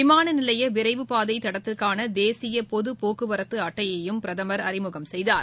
விமான நிலைய விரைவுப்பாதை தடத்திற்கான தேசிய பொதுப் போக்குவரத்து அட்டையையும் பிரதமர் அறிமுகம் செய்தார்